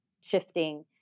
shifting